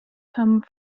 come